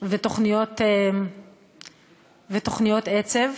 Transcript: ותוכניות עצב,